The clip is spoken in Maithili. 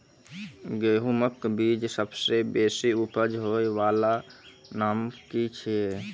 गेहूँमक बीज सबसे बेसी उपज होय वालाक नाम की छियै?